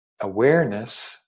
awareness